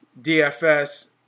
DFS